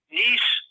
niece